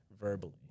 verbally